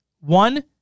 One